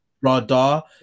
radar